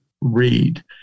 read